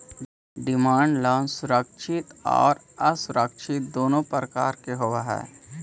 demand loan सुरक्षित आउ असुरक्षित दुनों प्रकार के होवऽ हइ